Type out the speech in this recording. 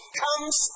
comes